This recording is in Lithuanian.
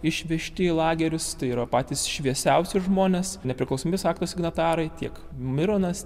išvežti į lagerius tai yra patys šviesiausi žmonės nepriklausomybės akto signatarai tiek mironas